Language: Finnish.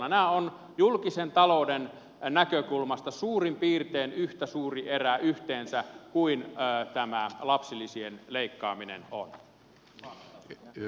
nämä ovat julkisen talouden näkökulmasta suurin piirtein yhtä suuri erä yhteensä kuin tämä lapsilisien leikkaaminen on